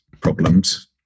problems